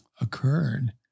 occurred